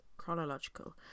chronological